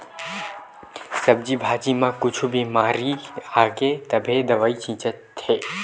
सब्जी भाजी म कुछु बिमारी आगे तभे दवई छितत हे